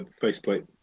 faceplate